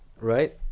right